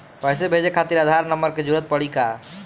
पैसे भेजे खातिर आधार नंबर के जरूरत पड़ी का?